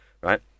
Right